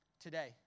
today